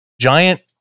giant